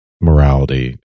morality